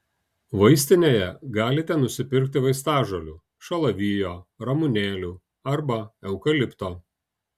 vaistinėje galite nusipirkti vaistažolių šalavijo ramunėlių arba eukalipto